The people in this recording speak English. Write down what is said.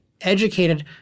educated